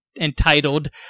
entitled